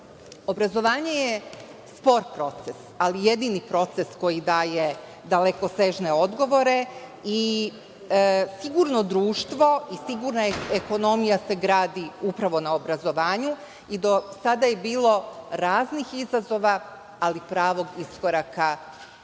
obrazovanju. Obrazovanje je spor proces, ali jedini proces koji daje dalekosežne odgovore i sigurno društvo i sigurna ekonomija se gradi upravo na obrazovanju i do sada je bilo raznih izazova, ali pravog iskoraka još